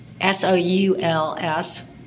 S-O-U-L-S